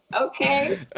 Okay